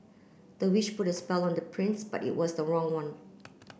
the witch put a spell on the prince but it was the wrong one